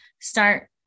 start